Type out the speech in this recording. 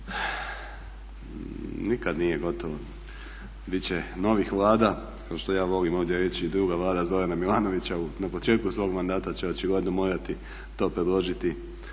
Nikad nije gotovo. Bit će novih Vlada, kao što ja volim ovdje reći druga Vlada Zorana Milanovića na početku svog mandata će očigledno morati to predložiti